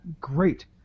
great